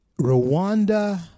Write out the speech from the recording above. Rwanda